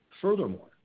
Furthermore